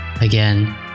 Again